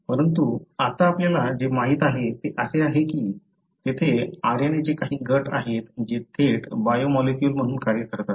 परंतु आता आपल्याला जे माहित आहे ते असे आहे की तेथे RNA चे काही गट आहेत जे थेट बायो मॉलिक्युल म्हणून कार्य करतात